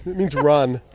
means run